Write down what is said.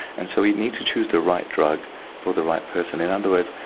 and so we need to choose the right drug for the right person. in other words,